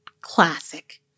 Classic